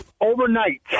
overnight